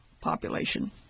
population